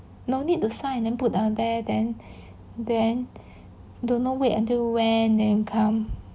no need to sign and then put down there then then don't know wait until when then come